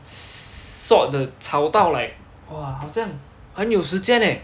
sot 的吵到 like !wah! 好像很有时间 eh